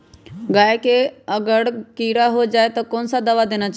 गाय को अगर कीड़ा हो जाय तो कौन सा दवा देना चाहिए?